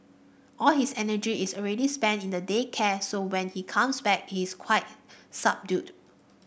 all his energy is already spent in the day care so when he comes back he is quite subdued